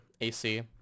AC